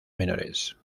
menores